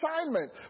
assignment